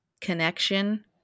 connection